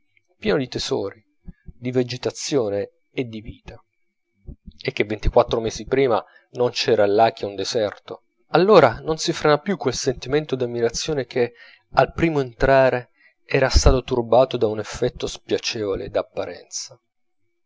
di tesori di vegetazione e di vita e che ventiquattro mesi prima non c'era là che un deserto allora non si frena più quel sentimento d'ammirazione che al primo entrare era stato turbato da un effetto spiacevole d'apparenza